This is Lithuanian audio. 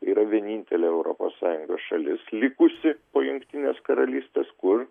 yra vienintelė europos sąjungos šalis likusi po jungtinės karalystės kur